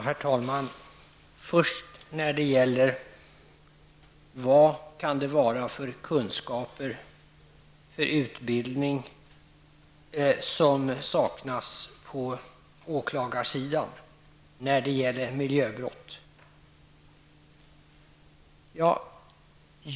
Herr talman! Bengt-Ola Ryttar undrade vilka kunskaper och vilken utbildning som enligt vår uppfattning saknas på åklagarsidan i fråga om miljöbrott.